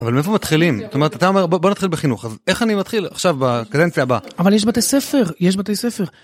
אבל מאיפה מתחילים? זאת אומרת, אתה אומר בוא נתחיל בחינוך, אז איך אני מתחיל עכשיו בקדנציה הבאה? אבל יש בתי ספר, יש בתי ספר.